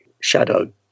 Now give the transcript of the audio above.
shadow